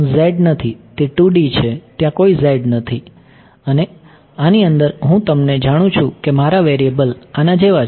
z નથી તે 2 D છે ત્યાં કોઈ z નથી અને આની અંદર હું તમને જાણું છું કે મારા વેરીએબલ આના જેવા છે